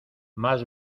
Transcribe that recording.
más